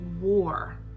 war